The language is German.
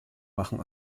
machen